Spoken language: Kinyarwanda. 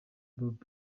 bob